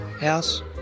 House